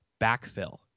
backfill